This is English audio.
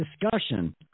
discussion